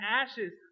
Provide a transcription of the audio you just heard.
ashes